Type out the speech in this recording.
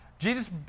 Jesus